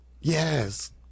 Yes